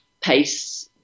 pace